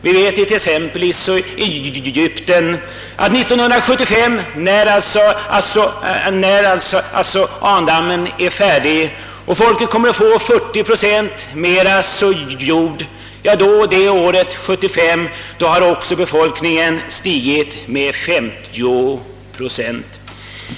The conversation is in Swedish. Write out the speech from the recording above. Vi vet att i t.ex. Egypten kommer år 1975, då Assuandammen är färdig, befolkningen att få 40 procent mera jord. Men 1975 har också befolkningsantalet stigit med 930 procent.